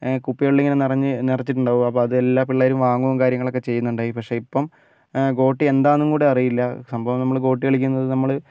കുപ്പികളിൽ ഇങ്ങനെ നിറഞ്ഞ് നിറച്ചിട്ടുണ്ടാവും അപ്പം അതെല്ലാ പിള്ളേരും വാങ്ങും കാര്യങ്ങളൊക്കെ ചെയ്യുന്നുണ്ടായി പക്ഷേ ഇപ്പം ഗോട്ടി എന്താണെന്നും കൂടി അറിയില്ല സംഭവം നമ്മൾ ഗോട്ടി കളിക്കുന്നത് നമ്മൾ